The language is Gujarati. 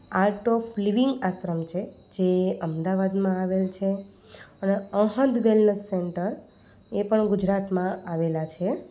આર્ટ ઓફ લિવિંગ આશ્રમ છે જે અમદાવાદમાં આવેલ છે અને અહંદ વેલનેસ સેન્ટર એ પણ ગુજરાતમાં આવેલા છે